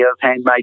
handmade